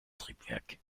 triebwerk